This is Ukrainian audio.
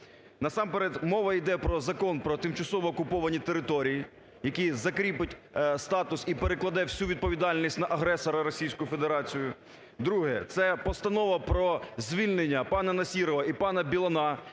Насамперед мова іде про Закон про тимчасово окуповані території, який закріпить статус і перекладе всю відповідальність на агресора Російську Федерацію. Друге – це постанова про звільнення пана Насірова і пана Білана.